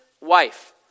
wife